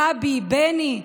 גבי, בני,